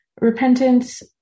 repentance